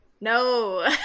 no